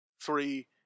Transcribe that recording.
three